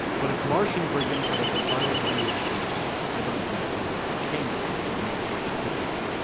but if martian brigands had a supply of radiactum i don't imagine where it came from would make much difference.